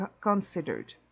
considered